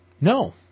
No